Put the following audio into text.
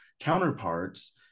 counterparts